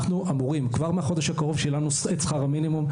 אנחנו אמורים כבר מהחודש הקרוב שילמנו את שכר המינימום,